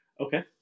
Okay